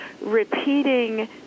repeating